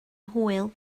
hwyl